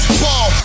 ball